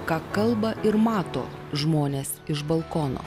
ką kalba ir mato žmonės iš balkono